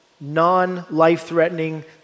non-life-threatening